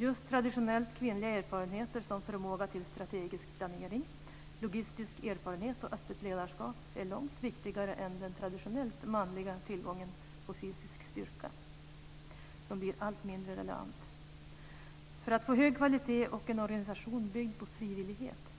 Just traditionellt kvinnliga erfarenheter som förmåga till strategisk planering, logistisk erfarenhet och öppet ledarskap är långt viktigare än den traditionellt manliga tillgången på fysisk styrka, som blir allt mindre relevant. För att få hög kvalitet och en organisation byggd på frivillighet